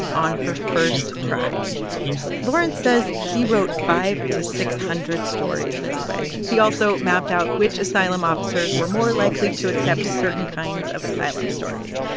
on her first try lawrence says he wrote five hundred to six hundred stories this way. he also mapped out which asylum officers were more likely to accept certain kinds of asylum stories.